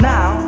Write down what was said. Now